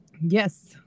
Yes